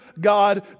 God